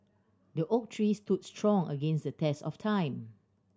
the oak tree stood strong against the test of time